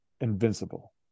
invincible